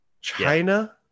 China